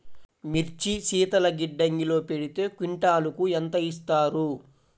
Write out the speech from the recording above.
మిర్చి శీతల గిడ్డంగిలో పెడితే క్వింటాలుకు ఎంత ఇస్తారు?